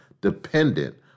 dependent